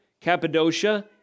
Cappadocia